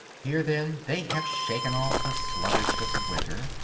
here, then, they have shaken off the sluggishness of winter.